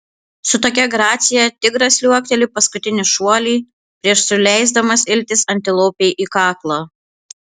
su tokia gracija tigras liuokteli paskutinį šuolį prieš suleisdamas iltis antilopei į kaklą